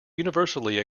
universally